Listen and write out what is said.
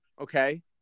okay